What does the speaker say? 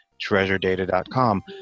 treasuredata.com